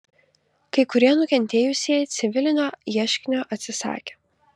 kai kurie nukentėjusieji civilinio ieškinio atsisakė